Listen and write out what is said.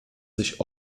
sich